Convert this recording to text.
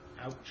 Ouch